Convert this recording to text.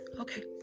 Okay